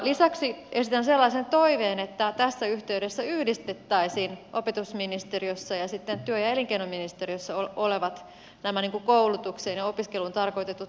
lisäksi esitän sellaisen toiveen että tässä yhteydessä yhdistettäisiin nämä opetusministeriössä ja sitten työ ja elinkeinoministeriössä olevat koulutukseen ja opiskeluun tarkoitetut määrärahat